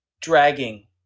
Dragging